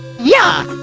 yeah!